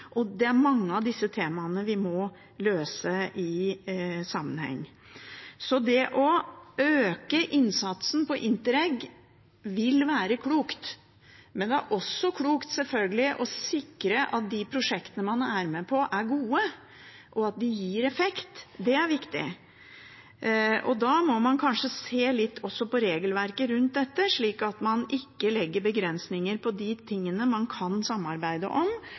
og det er mange av disse temaene vi må løse i sammenheng. Det å øke innsatsen i Interreg vil være klokt, men det er selvfølgelig også klokt å sikre at de prosjektene man er med på, er gode, og at de gir effekt. Det er viktig. Da må man kanskje også se litt på regelverket rundt dette, slik at man ikke legger begrensinger på de tingene man kan samarbeide om,